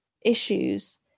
issues